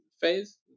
phase